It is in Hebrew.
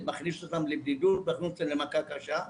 זה מכניס אותם לבידוד, מכניס אותם למכה קשה.